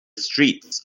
streets